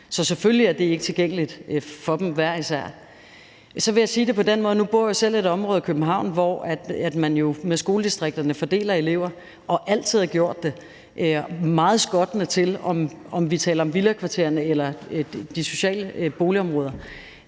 Så selvfølgelig er det ikke tilgængeligt for dem hver især. Så vil jeg sige det på den måde, at nu bor jeg selv i et område af København, hvor man jo med skoledistrikterne fordeler eleverne og altid har gjort det – meget skottende til, om vi taler om villakvartererne eller de sociale boligområder.